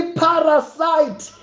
parasite